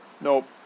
Nope